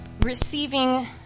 receiving